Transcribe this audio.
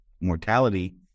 mortality